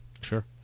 Sure